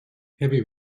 heavy